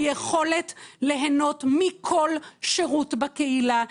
היכולת ליהנות מכל שירות בקהילה,